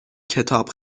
کتاب